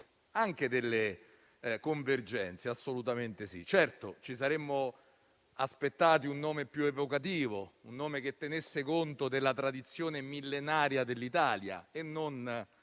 anche delle convergenze (assolutamente sì). Certo, ci saremmo aspettati un nome più evocativo, un nome che tenesse conto della tradizione millenaria dell'Italia e non